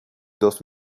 dos